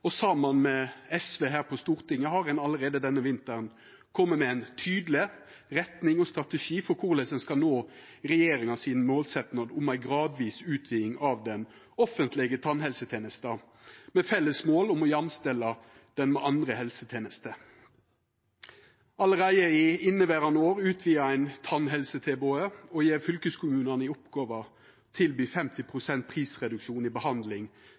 og saman med SV her på Stortinget har ein allereie denne vinteren kome med ei tydeleg retning og ein tydeleg strategi for korleis ein skal nå målsetjinga til regjeringa om ei gradvis utviding av den offentlege tannhelsetenesta, med eit felles mål om å jamstilla ho med andre helsetenester. Allereie i inneverande år utvidar ein tannhelsetilbodet og gjev fylkeskommunane i oppgåve å tilby ein 50 pst. prisreduksjon for behandling